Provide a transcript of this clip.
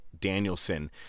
Danielson